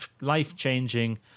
Life-changing